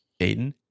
Aiden